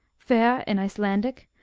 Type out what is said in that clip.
verr, in icelandic,